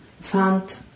found